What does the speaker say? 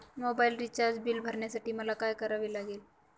Mobile recharge bill भरण्यासाठी मला काय करावे लागेल?